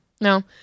no